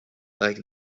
like